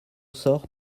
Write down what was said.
sort